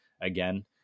again